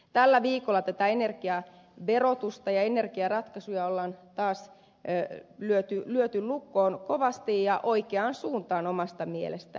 tällä viikolla tätä energiaverotusta ja energiaratkaisuja on taas lyöty lukkoon kovasti ja oikeaan suuntaan omasta mielestäni